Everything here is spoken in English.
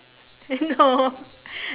no